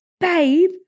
babe